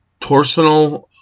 torsional